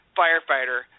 firefighter